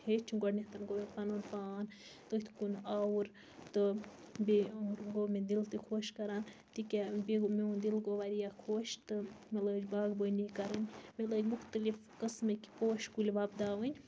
ہیٚچھ گۄڈنیٚتھ پَنُن پان تٔتھۍ کُن آوُر تہٕ بیٚیہِ گوٚو مےٚ دِل تہِ خۄش کَران تکیازِ میون دِل گوٚو واریاہ خۄش تہٕ مےٚ لٲج باغبٲنی کَرٕنۍ مےٚ لٲگۍ مُختلِف قسمٕکۍ پوش کُلۍ وۄبداوٕنۍ